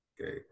okay